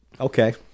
Okay